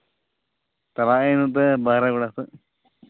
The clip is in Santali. ᱪᱟᱞᱟᱜ ᱮᱱᱛᱮᱜ ᱠᱷᱚᱡ